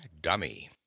Dummy